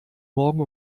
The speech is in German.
morgen